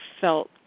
felt